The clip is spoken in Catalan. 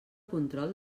control